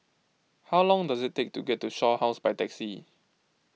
how long does it take to get to Shaw House by taxi